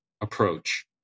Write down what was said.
approach